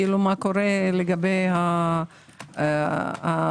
מה קורה לגבי ההפסד,